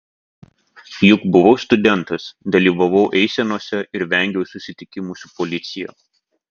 juk buvau studentas dalyvavau eisenose ir vengiau susitikimų su policija